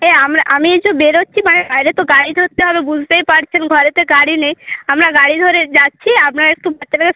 এই আমরা আমি এই তো বেরোচ্ছি মানে বাইরে তো গাড়ি ধত্তে হবে বুঝতেই পারছেন ঘরেতে গাড়ি নেই আমরা গাড়ি ধরে যাচ্ছি আপনারা একটু বাচ্চাটাকে